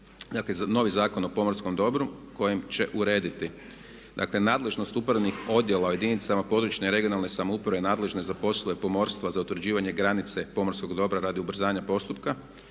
novi Zakon o pomorskom dobru kojim će urediti dakle nadležnost upravnih odjela u jedinicama područne i regionalne samouprave nadležne za poslove pomorstva za utvrđivanje granice pomorskog dobra radi ubrzanja postupka,